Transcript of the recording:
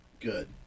Good